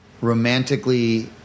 romantically